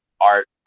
art